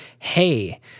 hey